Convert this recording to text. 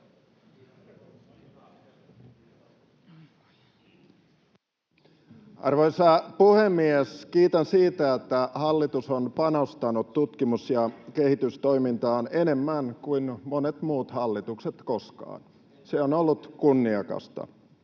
Arvoisa puhemies! Kiitän siitä, että hallitus on panostanut tutkimus- ja kehitystoimintaan enemmän kuin monet muut hallitukset koskaan. Se on ollut kunniakasta.